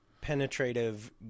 penetrative